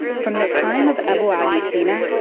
from the time of abu ali sina,